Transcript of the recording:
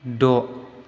द'